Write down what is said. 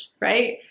Right